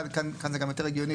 כאן זה גם יותר הגיוני,